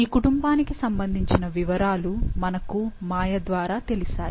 ఈ కుటుంబానికి సంభందించిన వివరాలు మనకు మాయ ద్వారా తెలిసాయి